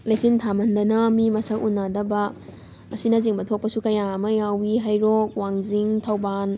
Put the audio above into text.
ꯂꯩꯆꯤꯜ ꯊꯥꯃꯟꯗꯅ ꯃꯤ ꯃꯁꯛ ꯎꯅꯗꯕ ꯑꯁꯤꯅꯆꯤꯡꯕ ꯊꯣꯛꯄꯁꯨ ꯀꯌꯥ ꯑꯃ ꯌꯥꯎꯋꯤ ꯍꯩꯔꯣꯛ ꯋꯥꯡꯖꯤꯡ ꯊꯧꯕꯥꯜ